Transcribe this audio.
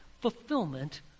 fulfillment